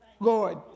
Lord